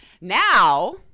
Now